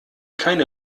keine